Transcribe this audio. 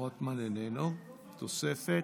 רוטמן איננו, תוספת.